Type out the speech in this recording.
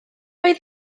oedd